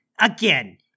Again